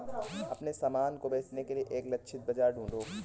अपने सामान को बेचने के लिए एक लक्षित बाजार ढूंढो